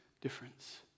difference